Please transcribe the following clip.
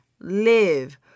live